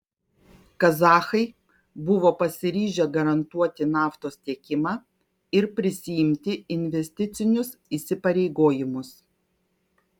kazachai buvo pasiryžę garantuoti naftos tiekimą ir prisiimti investicinius įsipareigojimus